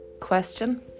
question